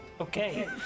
Okay